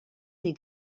des